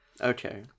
Okay